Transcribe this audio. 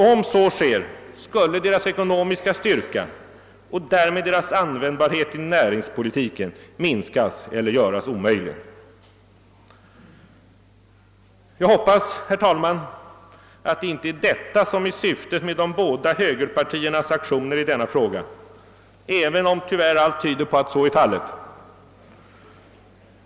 Om så sker, skulle deras ekonomiska styrka och därmed deras användbarhet i näringspolitiken minskas eller göras omöjlig. Jag hoppas, herr talman, att det inte är detta som är syftet med de båda högerpartiernas aktioner i denna fråga, även om tyvärr allt tyder på att så är fallet.